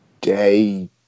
Day